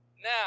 now